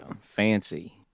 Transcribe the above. Fancy